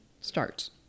starts